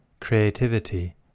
creativity